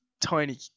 tiny